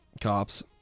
Cops